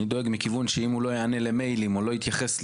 אני דואג מכיוון שאם הוא לא יענה למייל או לא יתייחס,